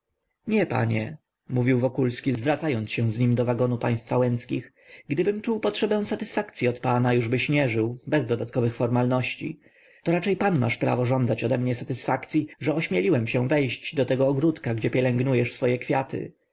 nie panie mówił wokulski zwracając się z nim do wagonu państwa łęckich gdybym czuł potrzebę satysfakcyi od pana jużbyś nie żył bez dodatkowych formalności to raczej pan masz prawo żądać ode mnie satysfakcyi że ośmieliłem się wejść do tego ogródka gdzie pielęgnujesz swoje kwiaty